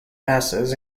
masses